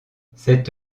cette